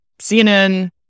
CNN